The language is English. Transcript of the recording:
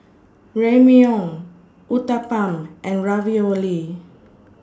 Ramyeon Uthapam and Ravioli